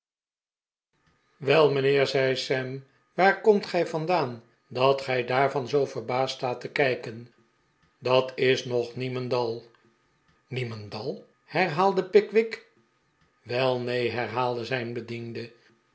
wel mijnheer zei sam waar komt gij vandaan dat gij daarvan zoo verbaasd staat te kijken dat is nog niemendal niemendal herhaalde pickwick wel neen herhaalde zijn bediende